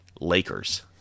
Lakers